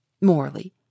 morally